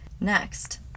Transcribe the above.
Next